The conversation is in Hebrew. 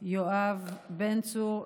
יואב בן צור,